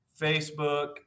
Facebook